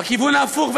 בכיוון ההפוך,